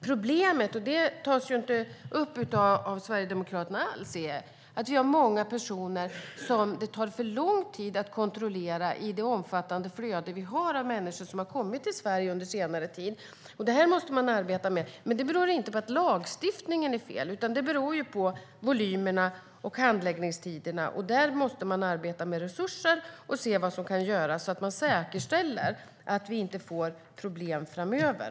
Problemet, som inte alls tas upp av Sverigedemokraterna, är att det är många personer som det tar för lång tid att kontrollera i det omfattande flödet av människor som har kommit till Sverige under senare tid. Det måste man arbeta med. Men det beror inte på att lagstiftningen är fel, utan det beror på volymerna och handläggningstiderna. Där måste man arbeta med resurser och se vad som kan göras för att säkerställa att vi inte får problem framöver.